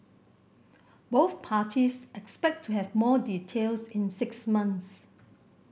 both parties expect to have more details in six months